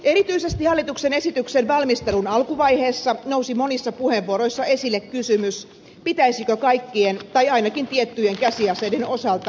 erityisesti hallituksen esityksen valmistelun alkuvaiheessa nousi monissa puheenvuoroissa esille kysymys pitäisikö kaikkien tai ainakin tiettyjen käsiaseiden osalta säätää täyskielto